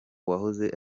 wahoze